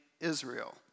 Israel